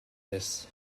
this